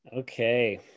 Okay